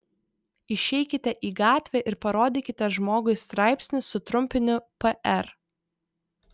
išeikite į gatvę ir parodykite žmogui straipsnį su trumpiniu pr